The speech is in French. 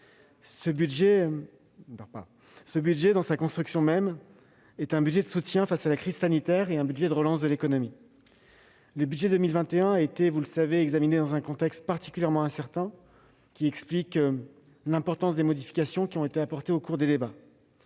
pour 2021, dans sa construction même, est un budget de soutien face à la crise sanitaire et de relance de l'économie. Il a été examiné dans un contexte particulièrement incertain, lequel explique l'importance des modifications qui ont été apportées au cours du débat.